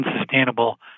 unsustainable